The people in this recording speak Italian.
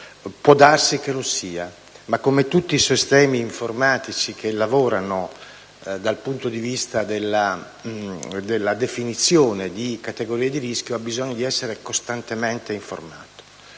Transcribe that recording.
può darsi che lo sia, ma, come tutti i sistemi informatici che lavorano dal punto di vista della definizione delle categorie di rischio, esso ha bisogno di essere costantemente informato.